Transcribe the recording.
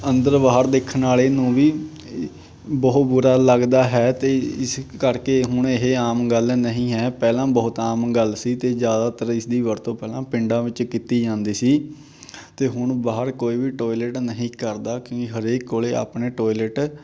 ਅੰਦਰ ਬਾਹਰ ਦੇਖਣ ਵਾਲੇ ਨੂੰ ਵੀ ਬਹੁਤ ਬੁਰਾ ਲੱਗਦਾ ਹੈ ਅਤੇ ਇਸ ਕਰਕੇ ਹੁਣ ਇਹ ਆਮ ਗੱਲ ਨਹੀਂ ਹੈ ਪਹਿਲਾਂ ਬਹੁਤ ਆਮ ਗੱਲ ਸੀ ਅਤੇ ਜ਼ਿਆਦਾਤਰ ਇਸਦੀ ਵਰਤੋਂ ਪਹਿਲਾਂ ਪਿੰਡਾਂ ਵਿੱਚ ਕੀਤੀ ਜਾਂਦੀ ਸੀ ਅਤੇ ਹੁਣ ਬਾਹਰ ਕੋਈ ਵੀ ਟੋਇਲੇਟ ਨਹੀਂ ਕਰਦਾ ਕਿਉਂਕਿ ਹਰੇਕ ਕੋਲ ਆਪਣੇ ਟੋਇਲੇਟ